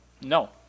No